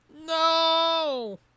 No